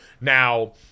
Now